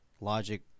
logic